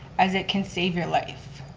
as it can save your life.